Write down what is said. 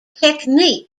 technique